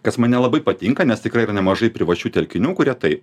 kas man nelabai patinka nes tikrai yra nemažai privačių telkinių kurie tai